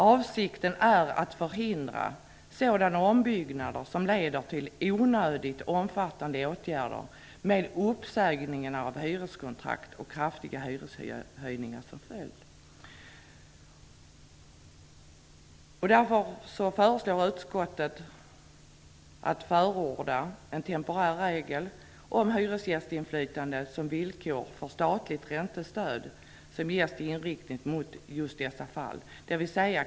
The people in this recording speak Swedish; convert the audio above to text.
Avsikten är att förhindra sådana ombyggnader som leder till onödigt omfattande åtgärder med uppsägning av hyreskontrakt och kraftiga hyreshöjningar som följd. Därför föreslår utskottet ett förordande av en temporär regel om hyresgästinflytande som villkor för statligt räntestöd som ges inriktning mot just dessa fall.